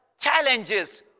challenges